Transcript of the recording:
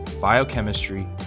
biochemistry